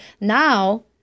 Now